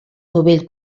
novell